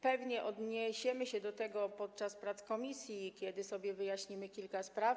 Pewnie odniesiemy się do tego podczas prac w komisji, kiedy sobie wyjaśnimy kilka spraw.